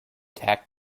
tack